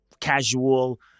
casual